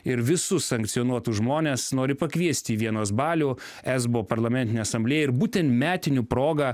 ir visus sankcionuotus žmones nori pakviesti į vienos balių esbo parlamentinė asamblėja ir būten metinių proga